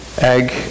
egg